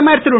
பிரதமர் திரு